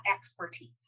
expertise